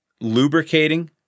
lubricating